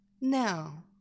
Now